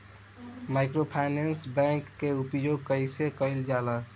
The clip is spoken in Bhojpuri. माइक्रोफाइनेंस बैंक के उपयोग कइसे कइल जाला?